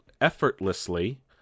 effortlessly